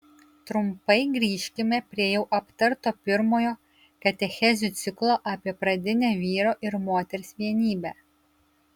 trumpai grįžkime prie jau aptarto pirmojo katechezių ciklo apie pradinę vyro ir moters vienybę